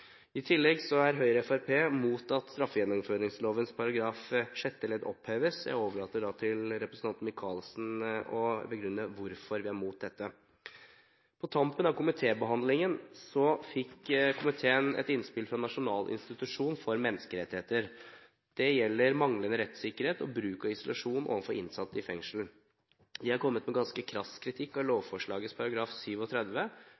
i overkant mye helgardering. I tillegg er Høyre og Fremskrittspartiet imot at straffegjennomføringsloven § 42 sjette ledd oppheves. Jeg overlater til representanten Michaelsen å begrunne hvorfor vi er imot dette. På tampen av komitébehandlingen fikk komiteen et innspill fra Nasjonal institusjon for menneskerettigheter. Det gjelder manglende rettssikkerhet og bruken av isolasjon overfor innsatte i fengsel. De har kommet med en ganske krass kritikk av